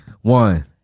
one